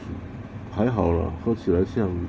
还好啦喝起来像